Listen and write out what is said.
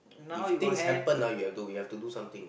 if things happen ah you have to you have to do something